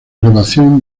elevación